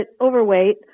overweight